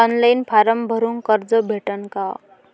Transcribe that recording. Online form भरून कर्ज भेटन का?